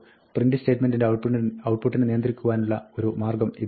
print സ്റ്റേറ്റ്മെന്റിന്റെ ഔട്ട്പുട്ടിനെ നിയന്ത്രിക്കുവാനുള്ള ഒരു മാർഗ്ഗം ഇതാണ്